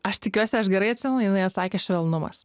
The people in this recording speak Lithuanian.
aš tikiuosi aš gerai atsimenu jinai atsakė švelnumas